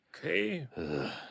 Okay